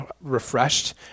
refreshed